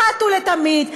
אחת ולתמיד.